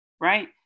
right